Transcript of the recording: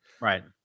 Right